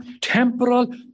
temporal